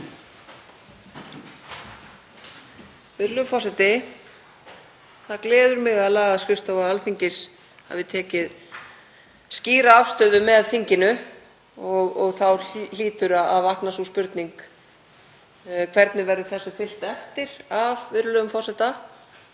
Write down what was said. forseti. Það gleður mig að lagaskrifstofa Alþingis hafi tekið skýra afstöðu með þinginu. Þá hlýtur að vakna sú spurning: Hvernig verður þessu fylgt eftir af virðulegum forseta?